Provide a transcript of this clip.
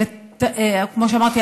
כמו שאמרתי,